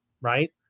right